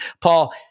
Paul